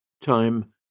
Time